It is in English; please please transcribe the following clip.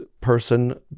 person